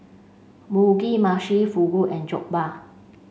Mugi Meshi Fugu and Jokbal